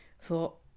thought